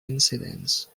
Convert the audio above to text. incidents